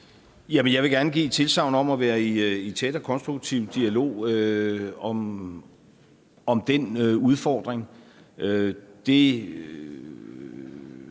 Jeg vil gerne give et tilsagn om at være i tæt og konstruktiv dialog om den udfordring.